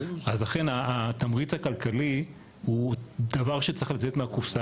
אז אכן התמריץ הכלכלי הוא דבר שצריך לצאת מהקופסא,